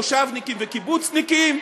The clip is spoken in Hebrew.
מושבניקים וקיבוצניקים,